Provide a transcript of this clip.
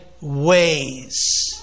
ways